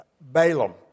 Balaam